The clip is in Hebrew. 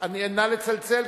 נא לצלצל,